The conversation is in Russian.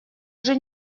уже